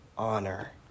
honor